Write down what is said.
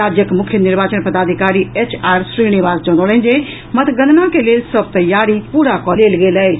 राज्यक मुख्य निर्वाचन पदाधिकारी एच आर श्रीनिवास जनौलनि जे मतगणना के लेल सभ तैयारी पूरा कऽ लेल गेल अछि